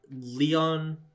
Leon